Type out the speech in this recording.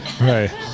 right